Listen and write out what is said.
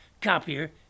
copier